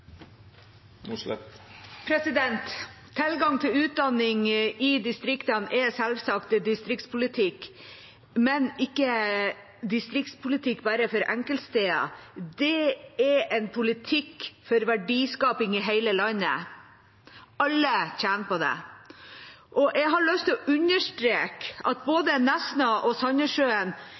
minutt. Tilgang til utdanning i distriktene er selvsagt distriktspolitikk, men ikke distriktspolitikk bare for enkeltsteder; det er en politikk for verdiskaping i hele landet. Alle tjener på det. Jeg har lyst til å understreke at både Nesna og